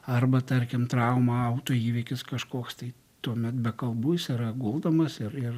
arba tarkim trauma autoįvykis kažkoks tai tuomet be kalbų jis yra guldomas ir ir